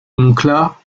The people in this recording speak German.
unklar